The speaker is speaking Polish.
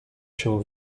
się